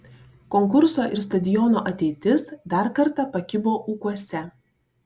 konkurso ir stadiono ateitis dar kartą pakibo ūkuose